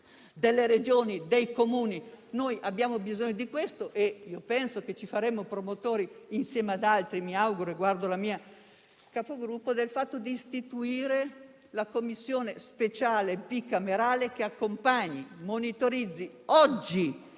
delle Regioni e dei Comuni. Abbiamo bisogno di questo e penso che ci faremo promotori insieme ad altri - me lo auguro e guardo la mia Capogruppo - del fatto di istituire una Commissione speciale bicamerale che accompagni e monitorizzi (oggi,